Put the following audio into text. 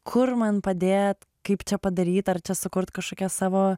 kur man padėt kaip čia padaryt ar čia sukurt kažkokią savo